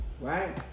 right